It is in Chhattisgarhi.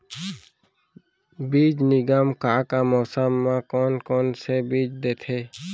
बीज निगम का का मौसम मा, कौन कौन से बीज देथे?